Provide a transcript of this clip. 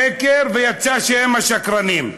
שקר, ויצא שהם השקרנים.